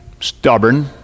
stubborn